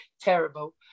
terrible